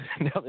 now